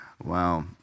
Wow